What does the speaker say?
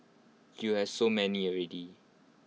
you have so many already